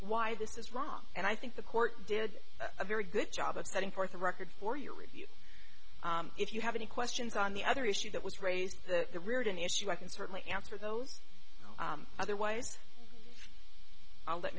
why this is wrong and i think the court did a very good job of setting forth a record for your review if you have any questions on the other issue that was raised that the rearden issue i can certainly answer those otherwise i'll let